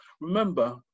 remember